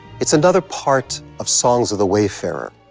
it's another part of songs of the wayfarer.